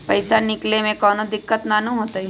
पईसा निकले में कउनो दिक़्क़त नानू न होताई?